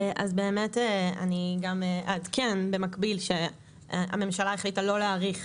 אז באמת אני גם אעדכן במקביל שהממשלה החליטה לא להאריך